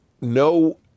no